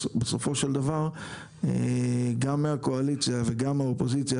בסופו של דבר גם מהקואליציה וגם מהאופוזיציה